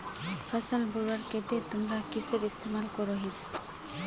फसल बढ़वार केते तुमरा किसेर इस्तेमाल करोहिस?